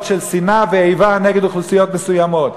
של שנאה ואיבה נגד אוכלוסיות מסוימות.